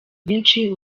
bwinshi